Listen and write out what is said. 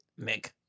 Mick